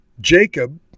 Jacob